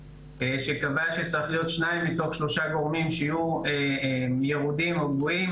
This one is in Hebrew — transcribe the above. שקבעה שצריכים להיות 2 מתוך 3 גורמים שיהיו ירודים או גבוהים